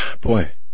Boy